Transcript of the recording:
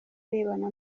arebana